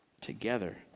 together